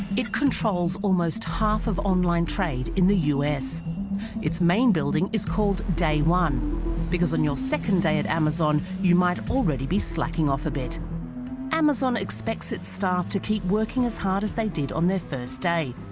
it controls almost half of online trade in the u s its main building is called day one because on your second day at amazon. you might already be slacking off a bit amazon expects its staff to keep working as hard as they did on their first day.